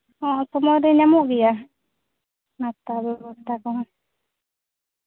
ᱦᱚᱸ ᱥᱟᱢᱟᱝ ᱨᱮ ᱧᱟᱢᱚᱜ ᱜᱮᱭᱟ ᱱᱚ ᱴᱟ ᱫᱚᱥᱴᱟ ᱠᱷᱚᱱᱟᱜ